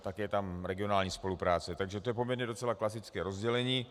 Také je tam regionální spolupráce, takže to je poměrně docela klasické rozdělení.